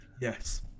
Yes